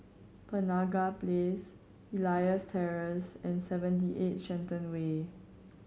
Penaga Place Elias Terrace and Seventy Eight Shenton Way